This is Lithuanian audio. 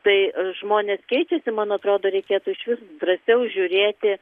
tai žmonės keifiasi man atrodo reikėtų išvis drąsiau žiūrėti